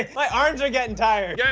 like my arms are getting tired. yeah